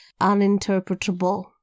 uninterpretable